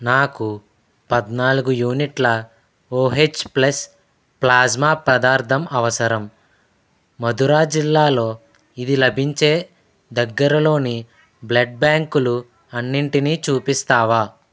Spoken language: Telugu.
నాకు పద్నాలుగు యూనిట్ల ఓ ప్లస్ ప్లాస్మా పదార్థం అవసరం మథుర జిల్లాలో ఇది లభించే దగ్గరలోని బ్లడ్ బ్యాంకులు అన్నిటినీ చూపిస్తావా